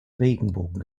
regenbogen